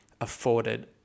afforded